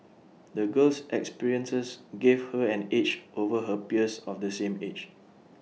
the girl's experiences gave her an edge over her peers of the same age